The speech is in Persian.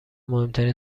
مهمترین